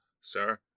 sir